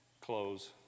Close